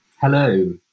Hello